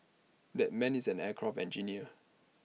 that man is an aircraft engineer